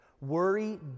Worry